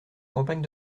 campagne